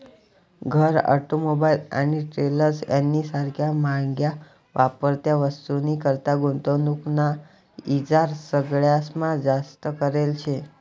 घर, ऑटोमोबाईल आणि ट्रेलर्स यानी सारख्या म्हाग्या वापरत्या वस्तूनीकरता गुंतवणूक ना ईचार सगळास्मा जास्त करेल शे